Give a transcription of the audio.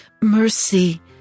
Mercy